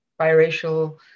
biracial